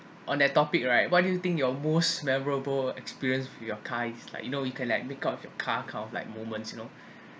on that topic right what do you think your most memorable experience with your car it's like you know you can like make up of your car count like moments you know